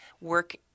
work